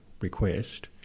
request